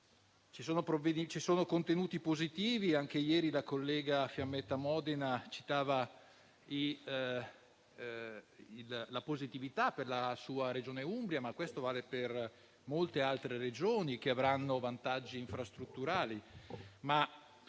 Ci sono contenuti positivi e anche ieri la collega Fiammetta Modena citava quelli relativi alla sua Regione, l'Umbria, ma lo stesso vale per molte altre Regioni che avranno vantaggi infrastrutturali.